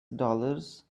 dollars